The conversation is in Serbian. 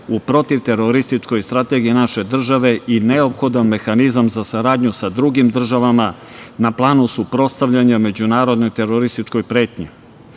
u protivterorističkoj strategiji naše države i neophodan mehanizam za saradnju sa drugim državama na planu suprotstavljanja međunarodnoj terorističkoj pretnji. Srbija